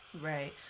Right